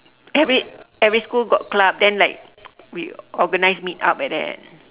every every school got club then like we organise meet up like that